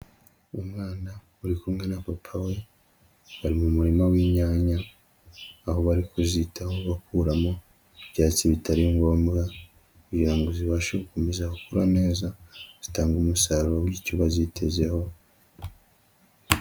umwana uri kumwe na papa we, bari mu murima w'inyanya, aho bari kuzitaho bakuramo ibyatsi bitari ngombwa kugira ngo zibashe gukomeza gukura neza, zitanga umusaruro w'icyo bazitezeho.